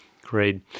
great